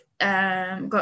got